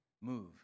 move